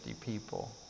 people